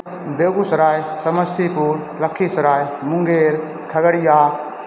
Begusarai Samastipur Lakhisarai Munger Khagaria